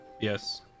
yes